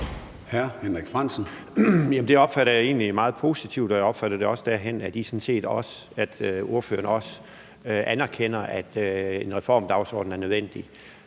det opfatter jeg egentlig meget positivt, og jeg opfatter det også på den måde, at ordføreren sådan set også anerkender, at en reformdagsorden er nødvendig,